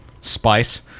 spice